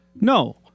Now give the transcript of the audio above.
no